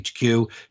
HQ